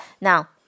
Now